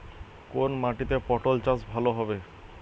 কোন মাটিতে পটল চাষ ভালো হবে?